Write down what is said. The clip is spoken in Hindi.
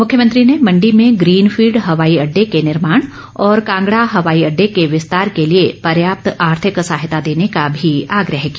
मुख्यमंत्री ने मण्डी में ग्रीनफील्ड हवाई अड्डे के निर्माण और कांगड़ा हवाई अड्डे के विस्तार के लिए पर्याप्त आर्थिक सहायता देने का भी आग्रह किया